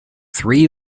three